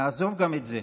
נעזוב גם את זה.